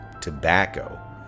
tobacco